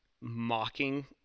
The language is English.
mocking